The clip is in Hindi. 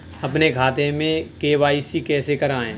अपने खाते में के.वाई.सी कैसे कराएँ?